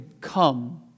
come